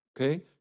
Okay